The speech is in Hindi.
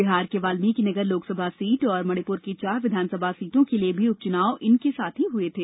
बिहार के वाल्मिकि नगर लोकसभा सीट और मणिपुर की चार विधानसभा सीटों के लिए भी उपचुनाव इनके साथ ही हुए थे